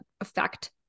affect